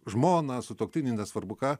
žmoną sutuoktinį nesvarbu ką